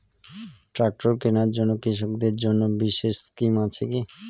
Tractor কেনার জন্য কৃষকদের জন্য বিশেষ স্কিম আছে কি?